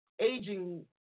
aging